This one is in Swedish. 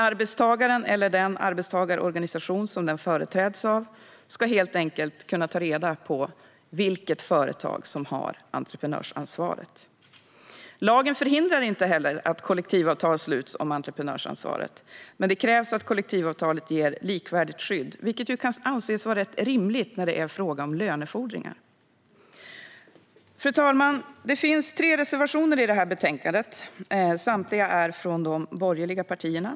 Arbetstagaren eller den arbetstagarorganisation som man företräds av ska helt enkelt kunna ta reda på vilket företag som har entreprenörsansvaret. Lagen förhindrar inte att kollektivavtal sluts om entreprenörsansvaret. Men det krävs att kollektivavtalet ger ett likvärdigt skydd, vilket kan anses rimligt i fråga om lönefordringar. Fru talman! Det finns tre reservationer i betänkandet. Samtliga är från de borgerliga partierna.